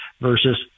versus